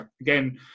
again